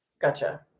gotcha